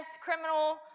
criminal